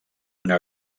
una